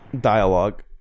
dialogue